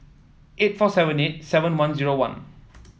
eight four seven eight seven one zero one